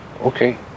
Okay